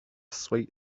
sweet